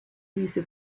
diese